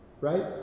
right